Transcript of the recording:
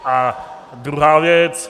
A druhá věc.